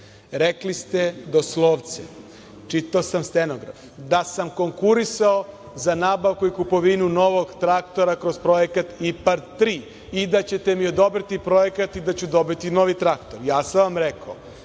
Rekli ste doslovce, čitao sam stenogram, da sam konkurisao za nabavku i kupovinu novog traktora kroz projekat IPARD 3 i da ćete mi odobriti projekat i da ću dobiti novi traktor. Ja sam vam rekao